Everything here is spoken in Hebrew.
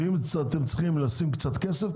ואם אתם צריכים לשים קצת כסף,